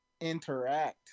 interact